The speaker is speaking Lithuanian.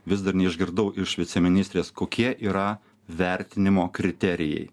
vis dar neišgirdau iš viceministrės kokie yra vertinimo kriterijai